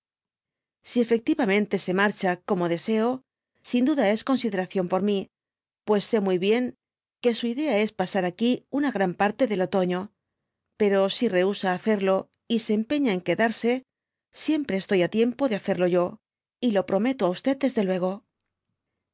si efectivamente se marcha como deseo sin duda es consideración por mi pues sé muy bien que siydea es pasar aquí una gran parte del otofio pero si rehusa hacerlo y se empeña en quedarse siempre estoy á tiempo de hacerlo yo y lo prometo á q desde luego hé